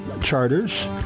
Charters